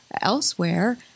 elsewhere